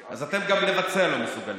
אז גם לבצע אתם לא מסוגלים.